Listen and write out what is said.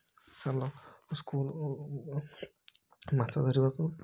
ଚାଲ ମାଛ ଧରିବାକୁ